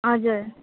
हजुर